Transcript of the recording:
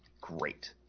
great